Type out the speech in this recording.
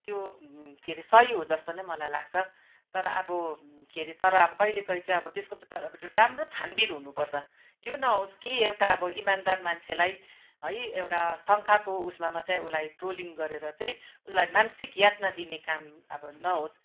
त्यो के रे सही हो जस्तो नै मलाई लाग्छ तर अब के रे तर अब कहिले काहीँ चाहिँ अब त्यसको चाहिँ तर राम्रो छानबिन हुनुपर्छ यो नहोस् कि एउटा अब इमान्दार मान्छेलाई है एउटा शङ्काको उसमा मात्रै उसलाई ट्रोलिङ गरेर चाहिँ उसलाई मानसिक यातना दिने काम अब नहोस्